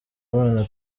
abana